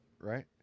right